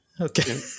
Okay